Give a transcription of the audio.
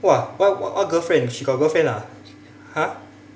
!wah! what what girlfriend she got girlfriend ah !huh!